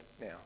now